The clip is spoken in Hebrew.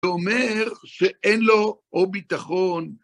זה אומר שאין לו או ביטחון.